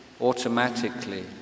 automatically